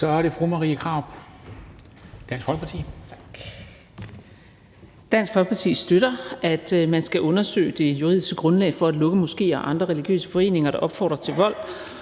(Ordfører) Marie Krarup (DF): Dansk Folkeparti støtter, at man skal undersøge det juridiske grundlag for at lukke moskéer og andre religiøse foreninger, der opfordrer til vold,